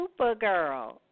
Supergirl